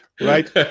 right